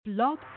Blog